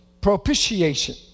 propitiation